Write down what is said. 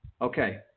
Okay